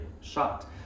shocked